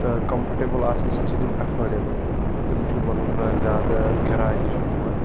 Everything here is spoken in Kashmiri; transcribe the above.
تہٕ کَمفٲٹیبٕل آسنہٕ سۭتۍ چھِ تِم ایفٲڈیبٕل تہِ تِم چھِ مطلب نہ زیادٕ کِراے تہِ چھَنہٕ تِمَن